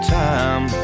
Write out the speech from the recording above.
time